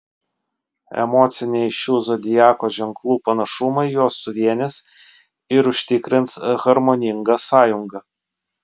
emociniai šių zodiako ženklų panašumai juos suvienys ir užtikrins harmoningą sąjungą